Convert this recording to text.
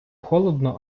холодно